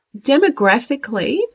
Demographically